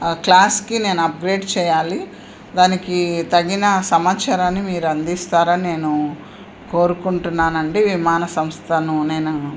క్లాస్కి నేను అప్గ్రేడ్ చేయాలి దానికి తగిన సమాచారాన్ని మీరు అందిస్తారని నేను కోరుకుంటున్నానండి విమాన సంస్థను నేను